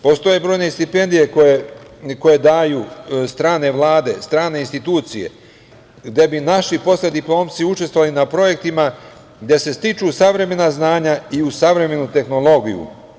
Postoje brojne stipendije koje daju strane vlade, strane institucije gde bi naši postdiplomci učestvovali na projektima gde se stiču savremena znanja i u savremenu tehnologiju.